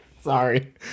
Sorry